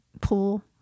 pool